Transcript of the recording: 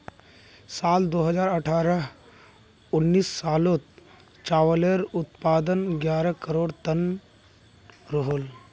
साल दो हज़ार अठारह उन्नीस सालोत चावालेर उत्पादन ग्यारह करोड़ तन रोहोल